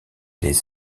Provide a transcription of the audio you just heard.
les